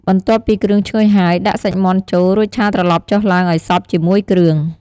បន្ទាប់ពីគ្រឿងឈ្ងុយហើយ ដាក់សាច់មាន់ចូល រួចឆាត្រឡប់ចុះឡើងឱ្យសព្វជាមួយគ្រឿង។